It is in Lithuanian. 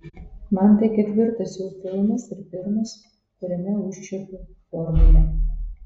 man tai ketvirtas jo filmas ir pirmas kuriame užčiuopiu formulę